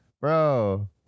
bro